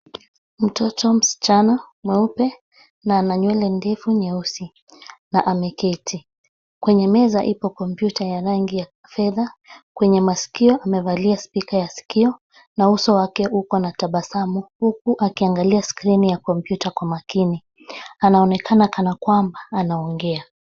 Mtoto msichana, mweupe na ana nywele ndefu nyeusi na ameketi. Kwenye meza ipo kompyuta ya rangi ya fedha. Kwenye masikio amevalia spika ya sikio na uso wake uko na tabasamu, huku akiangalia skrini ya kompyuta kwa makini. Anaonekana kana kwamba anaongea.